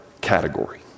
category